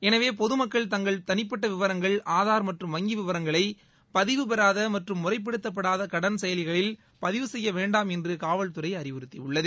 எனவே பொதுமக்கள் தங்களது தனிப்பட்ட விவரங்கள் ஆதார் அல்லது வங்கி விவரங்களை பதிவுபெறாத மற்றும் முறைப்படுத்தப்படாத கடன் செயலிகளில் பதிவு செய்ய வேண்டாம் என்று காவல்துறை அறிவுறுத்தியுள்ளது